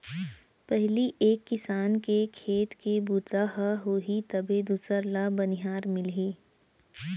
पहिली एक किसान के खेत के बूता ह होही तभे दूसर ल बनिहार मिलही